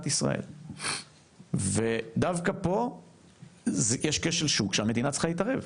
ישראל ודווקא פה יש כשל שהמדינה צריכה להתערב,